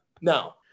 Now